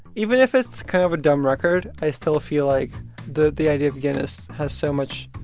even if it's kind of a dumb record, i still feel like the the idea of guinness has so much